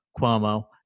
Cuomo